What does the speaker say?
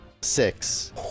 Six